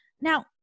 Now